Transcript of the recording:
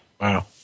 Wow